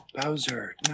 Bowser